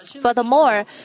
furthermore